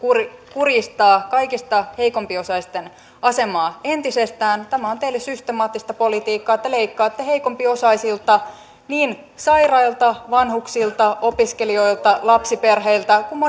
kurjistaa kaikista heikompiosaisten asemaa entisestään tämä on teille systemaattista politiikkaa te leikkaatte heikompiosaisilta niin sairailta vanhuksilta opiskelijoilta lapsiperheiltä kuin monilta